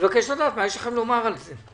מה יש לכם לומר על זה?